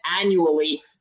annually